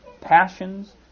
passions